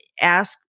ask